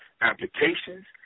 applications